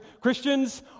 Christians